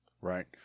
Right